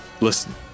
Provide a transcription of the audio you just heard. listen